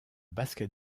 basket